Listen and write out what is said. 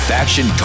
Faction